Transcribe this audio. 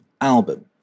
album